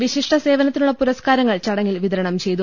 വിശിഷ്ട സേവനത്തിനുള്ള പുരസ്കാരങ്ങൾ ചട ങ്ങിൽ വിതരണം ചെയ്തു